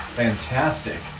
fantastic